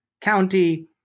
county